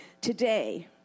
Today